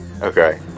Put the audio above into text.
Okay